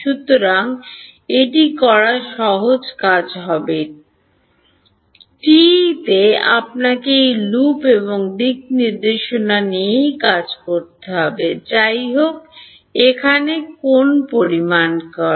সুতরাং এটি করা সহজ কাজ তবে টিইতে আপনাকে এই লুপ এবং দিকনির্দেশনা নিতে হবে যাই হোক এখানে কোন পরিমাণ কার্ল